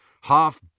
Half